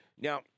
Now